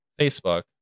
Facebook